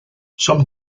some